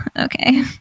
okay